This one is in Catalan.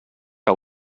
que